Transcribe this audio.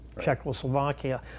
Czechoslovakia